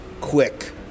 quick